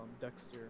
Dexter